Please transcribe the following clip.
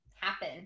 happen